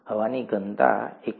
હવાની ઘનતા 1